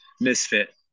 Misfit